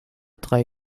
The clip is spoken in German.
drei